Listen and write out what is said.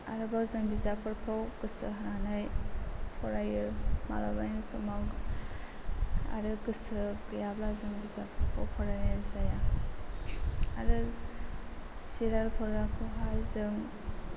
आरोबाव जों बिजाबफोरखौ गोसो होनानै फरायो माब्लाबानि समाव आरो गोसो गैयाब्ला जों बिजाबफोरखौ फरायनाय जाया आरो सिरियेलफोराखौहाय जों